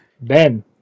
Ben